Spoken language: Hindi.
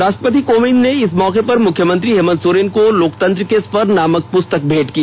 राष्ट्रपति कोविंद ने इस मौके पर मुख्यमंत्री हेमंत सोरेन को लोकतंत्र के स्वर नामक पुस्तक भेंट की